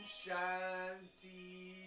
shanty